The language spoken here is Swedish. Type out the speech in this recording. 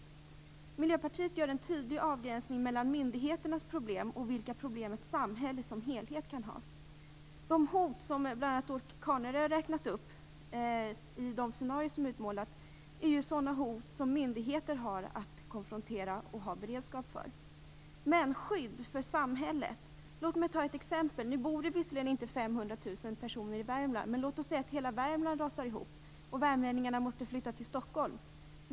Miljöpartiet gör en tydlig avgränsning mellan myndigheternas problem och de problem som ett samhälle som helhet kan ha. De hot som bl.a. Åke Carnerö har räknat upp i de scenarion som utmålas är sådana hot som myndigheter har att konfrontera och ha beredskap för. Men låt mig ge ett exempel när det gäller skydd för samhället. Det bor visserligen inte 500 000 personer i Värmland, men låt oss säga att hela Värmland rasar ihop och värmlänningarna måste flytta till Stockholm.